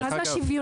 מה זה השוויוניות?